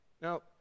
Now